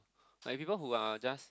like people who are just